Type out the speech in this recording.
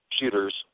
shooters